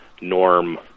Norm